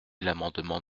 l’amendement